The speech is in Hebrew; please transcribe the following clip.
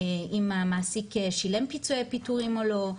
אם המעסיק שילם פיצויי פיטורים או לא.